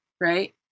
right